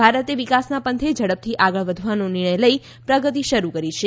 ભારતે વિકાસના પંથે ઝડપથી આગળ વધવાનો નિર્ણય લઇ પ્રગતિ શરૂ કરી છે